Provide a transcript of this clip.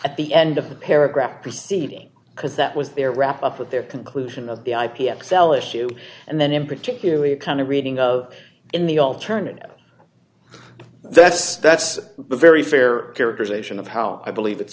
at the end of the paragraph preceding because that was their wrap up with their conclusion of the ip x l issue and then in particularly a kind of reading of in the alternative that's that's very fair characterization of how i believe it's